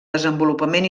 desenvolupament